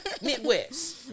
Midwest